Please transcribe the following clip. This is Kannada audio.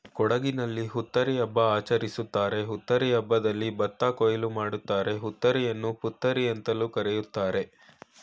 ಕೊಡಗಿನಲ್ಲಿ ಹುತ್ತರಿ ಹಬ್ಬ ಆಚರಿಸ್ತಾರೆ ಹುತ್ತರಿ ಹಬ್ಬದಲ್ಲಿ ಭತ್ತ ಕೊಯ್ಲು ಮಾಡ್ತಾರೆ ಹುತ್ತರಿಯನ್ನು ಪುತ್ತರಿಅಂತ ಕರೀತಾರೆ